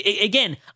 Again